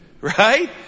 Right